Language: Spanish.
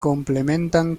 complementan